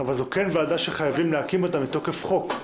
אבל זו כן ועדה שחייבים להקים אותה מתוקף חוק,